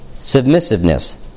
submissiveness